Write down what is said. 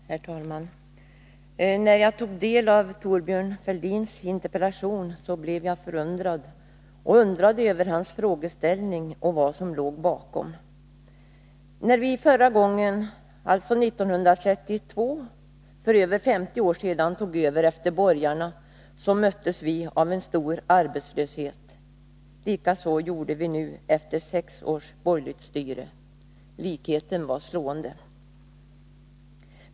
Herr talman! När jag tog del av Thorbjörn Fälldins interpellation, blev jag förvånad och undrade över hans frågeställning och vad som låg bakom. När vi förra gången, alltså 1932, för över 50 år sedan, tog över efter borgarna, möttes vi av en stor arbetslöshet. Likaså gjorde vi nu efter sex års borgerligt styre. Likheten var slående.